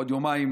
בעוד יומיים